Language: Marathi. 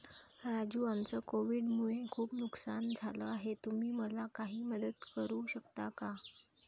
राजू आमचं कोविड मुळे खूप नुकसान झालं आहे तुम्ही मला काही मदत करू शकता का?